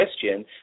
question